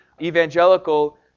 evangelical